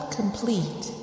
complete